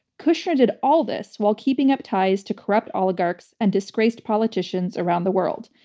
kushner did all this while keeping up ties to corrupt oligarchs and disgraced politicians around the world,